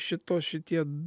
šitos šitie